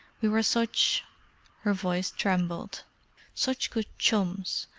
we were such her voice trembled such good chums,